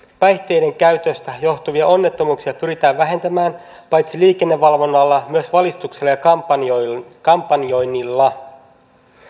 päihteiden käytöstä johtuvia onnettomuuksia pyritään vähentämään paitsi liikennevalvonnalla myös valistuksella ja kampanjoinnilla kampanjoinnilla